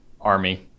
Army